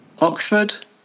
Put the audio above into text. Oxford